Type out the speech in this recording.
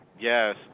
yes